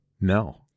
No